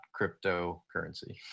cryptocurrency